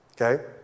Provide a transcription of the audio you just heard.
Okay